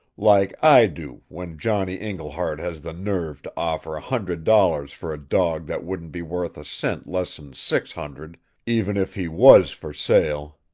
like i do, when johnny iglehart has the nerve to offer hundred dollars for a dog that wouldn't be worth a cent less'n six hundred even if he was for sale.